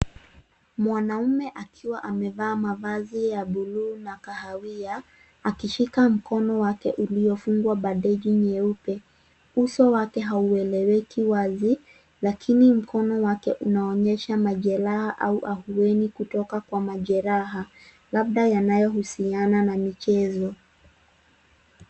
Mwanaume akiwa amevaa mavazi ya buluu na kahawia, akishika mkono wake uliofungwa bandeji nyeupe. Uso wake haueleweki wazi, lakini mkono wake unaonyesha majeraha au afueni kutoka kwa majeraha, labda yanayohusiana na michezo.